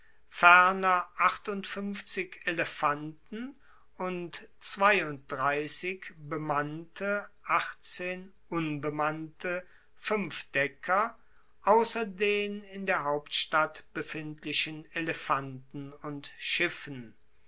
ferner elefanten und bemannte achtzehn unbemannte fuenfdecker ausser den in der hauptstadt befindlichen elefanten und schiffen